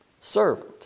Servant